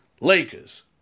Lakers